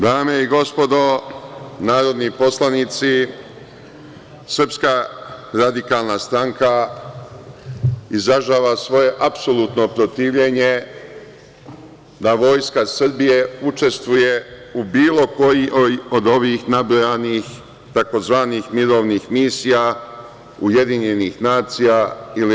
Dame i gospodo narodni poslanici, SRS izražava svoje apsolutno protivljenje da Vojska Srbije učestvuje u bilo kojoj od ovih nabrojanih tzv. mirovnih misija UN ili EU.